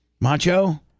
Macho